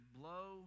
blow